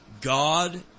God